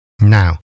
Now